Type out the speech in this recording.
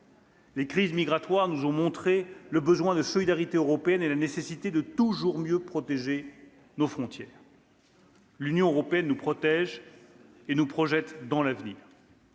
Les crises migratoires nous ont montré le besoin de solidarité européenne et la nécessité de toujours mieux protéger nos frontières. « L'Union européenne nous protège et nous projette dans l'avenir.